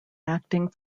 acting